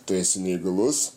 tu esi neįgalus